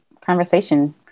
conversation